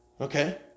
Okay